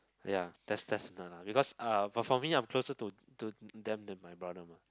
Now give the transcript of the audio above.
ya that's definite lah uh but for me I'm closer to to them than my brother mah